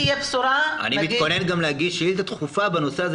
אני מתכונן גם להגיש שאילתא דחופה בנושא הזה